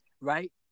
right